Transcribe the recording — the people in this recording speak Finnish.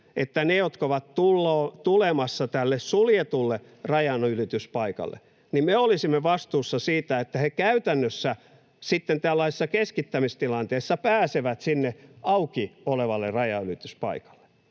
että ne, jotka ovat tulemassa tälle suljetulle rajanylityspaikalle, pääsevät käytännössä sitten tällaisessa keskittämistilanteessa sinne auki olevalle rajanylityspaikalle.